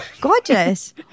Gorgeous